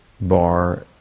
bar